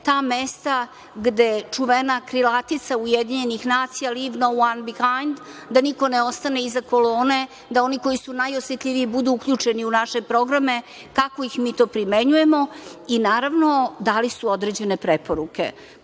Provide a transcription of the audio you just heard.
ta mesta gde čuvena krilatica UN „leave no one behind“, da niko ne ostane iza kolone, da oni koji su najosetljiviji budu uključeni u naše programe, kako ih mi to primenjujemo i naravno dali su određene preporuke. Koje